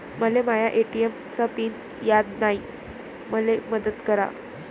मले माया ए.टी.एम चा पिन याद नायी, मले मदत करा